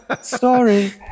sorry